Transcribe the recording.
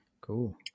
Cool